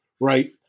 right